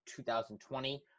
2020